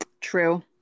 True